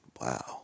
Wow